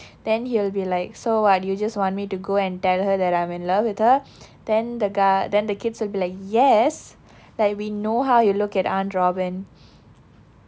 then he'll be like so what you just want me to go and tell her that I'm in love with her then the guy then the kids will be like yes like we know how you look at aunt robin